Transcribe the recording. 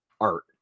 art